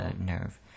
nerve